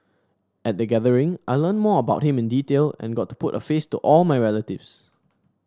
at the gathering I learnt more about him in detail and got to put a face to all my relatives